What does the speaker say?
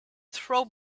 throw